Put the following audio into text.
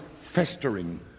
festering